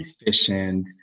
efficient